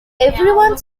everyone